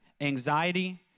Anxiety